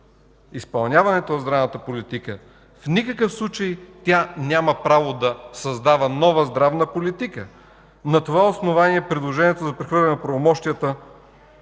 изпълняването на здравната политика. В никакъв случай тя няма право да създава нова здравна политика! На това основание предложението за прехвърляне на правомощията